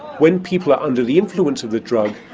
when people are under the influence of the drug,